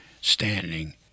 standing